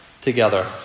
together